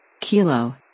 Kilo